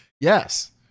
Yes